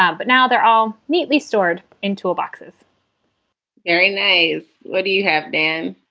ah but now they're all neatly stored into a boxes very nice. what do you have, dan?